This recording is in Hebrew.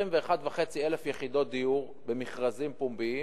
יצאו 21,500 יחידות דיור במכרזים פומביים